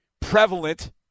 prevalent